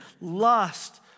lust